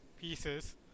pieces